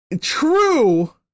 True